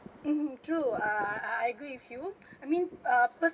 mmhmm true uh I I agree with you I mean uh